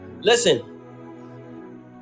listen